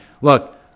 Look